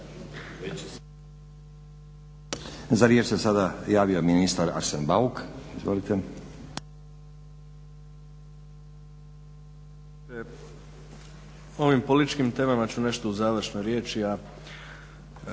Za riječ se sada javio ministar Arsen Bauk. Izvolite.